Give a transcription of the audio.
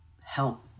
help